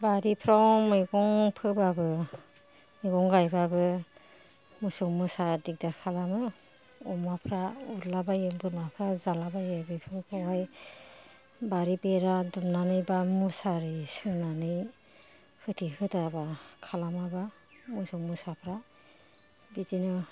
बारिफ्राव मैगं फोबाबो मैगं गायबाबो मोसौ मोसा दिगदार खालामो अमाफ्रा उरलाबायो बोरमाफ्रा जालाबायो बेफोरखौहाय बारि बेरा दुमनानै बा मुसारि सोंनानै होथे होथा बा खालामाबा मोसौ मोसाफ्रा बिदिनो